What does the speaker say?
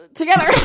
together